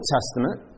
Testament